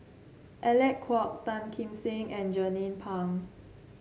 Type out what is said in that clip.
Alec Kuok Tan Kim Seng and Jernnine Pang